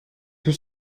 tout